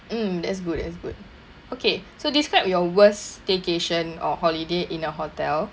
mm that's good that's good okay so describe your worst staycation or holiday in a hotel